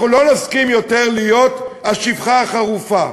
אנחנו לא נסכים יותר להיות השפחה החרופה,